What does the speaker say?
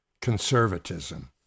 conservatism